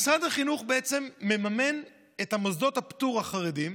משרד החינוך בעצם מממן את מוסדות הפטור החרדיים